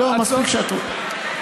מספיק שאת אומרת.